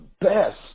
best